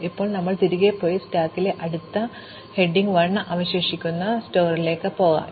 അതിനാൽ ഇപ്പോൾ ഞങ്ങൾ തിരികെ പോയി സ്റ്റാക്കിലെ അടുത്ത ശീർഷകം 1 ആയി അവശേഷിക്കുന്ന സ്റ്റോറിലേക്ക് പോകണം